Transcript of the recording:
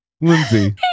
Lindsay